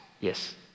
Yes